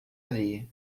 areia